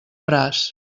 braç